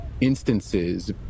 instances